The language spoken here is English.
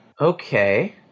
Okay